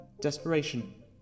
desperation